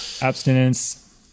Abstinence